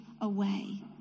away